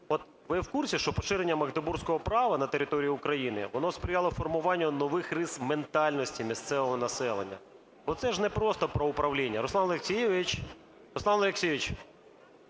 ви в курсі, що поширення магдебурзького права на території України, воно сприяло формуванню нових рис ментальності місцевого населення, бо це ж не просто про управління. Руслан Олексійович!